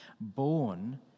born